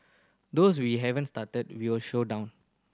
those we haven't started we'll slow down